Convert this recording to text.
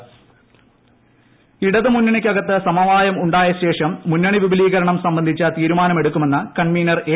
ട്ടെട് L D F ഇടതുമുന്നണിക്കകത്ത് സമവായം ഉണ്ടായശേഷം മുന്നണി വിപുലീകരണം സംബന്ധിച്ച തീരുമാനമെടുക്കുമെന്ന് കൺവീനർ എ